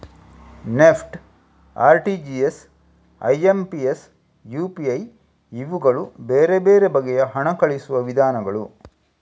NEFT, RTGS, IMPS, UPI ಇವುಗಳು ಬೇರೆ ಬೇರೆ ಬಗೆಯ ಹಣ ಕಳುಹಿಸುವ ವಿಧಾನಗಳು